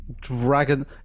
dragon